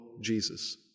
Jesus